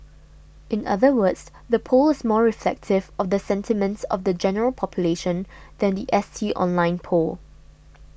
in other words the poll is more reflective of the sentiments of the general population than the S T online poll